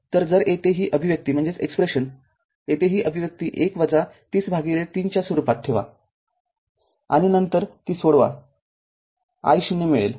तर जर येथे ही अभिव्यक्ती येथे ही अभिव्यक्ती १ ३० भागिले ३ च्या स्वरूपात ठेवा आणि नंतर ते सोडवा i0 मिळेल